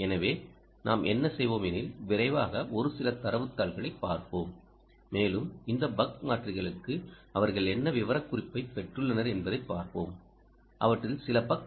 எனவே நாம் என்ன செய்வோம் எனில் விரைவாக ஒரு சில தரவுத் தாள்களை பார்ப்போம் மேலும் இந்த பக் மாற்றிகளுக்கு அவர்கள் என்ன விவரக்குறிப்பைப் பெற்றுள்ளனர் என்பதைப் பார்ப்போம் அவற்றில் சில பக்